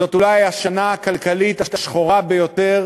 זאת אולי השנה הכלכלית השחורה ביותר